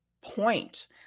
point